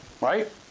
right